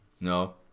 No